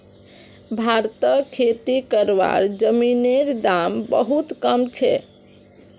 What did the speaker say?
भारतत खेती करवार जमीनेर दाम बहुत कम छे